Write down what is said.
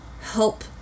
Help